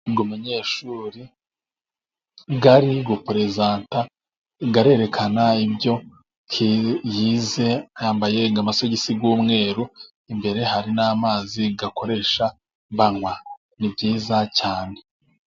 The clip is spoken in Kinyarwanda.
Uyu munyeshuri ari guperezanta, arerekana ibyo yize, yambaye amasogisi y'umweru, imbere hari n'amazi akoresha banywa. Ni byiza cyane